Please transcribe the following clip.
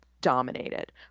dominated